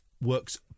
works